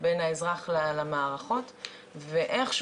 אין בעיה, רק